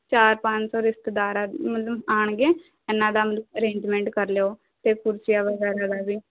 ਚਾਰ ਪੰਜ ਸੌ ਰਿਸ਼ਤੇਦਾਰ ਮਤਲਬ ਆਉਣਗੇ ਇੰਨ੍ਹਾਂ ਦਾ ਮਤਲਬ ਅਰੇਜਮੈਂਟ ਕਰ ਲਿਓ ਅਤੇ ਕੁਰਸੀਆਂ ਵਗੈਰਾ ਦਾ ਵੀ